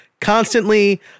constantly